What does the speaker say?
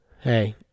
Hey